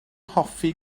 hoffi